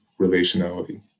relationality